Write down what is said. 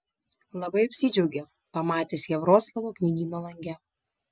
labai apsidžiaugė pamatęs ją vroclavo knygyno lange